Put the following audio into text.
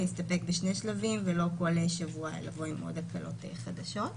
להסתפק בשני שלבים ולא בכל שבוע לבוא עם עוד הקלות חדשות.